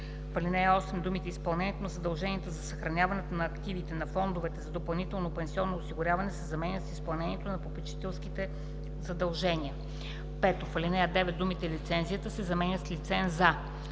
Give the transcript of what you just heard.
В ал. 8 думите „изпълнението на задълженията за съхраняването на активите на фондовете за допълнително пенсионно осигуряване“ се заменят с „изпълнението на попечителските задължения“. 5. В ал. 9 думата „лицензията“ се заменя с „лиценза“.